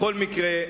בכל מקרה,